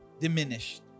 Diminished